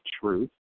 truth